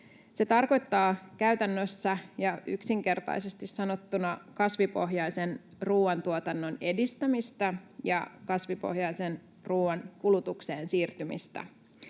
Se tarkoittaa käytännössä ja yksinkertaisesti sanottuna kasvipohjaisen ruoantuotannon edistämistä ja kasvipohjaisen ruoan kulutukseen siirtymistä.